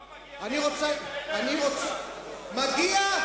לא מגיע, מגיע.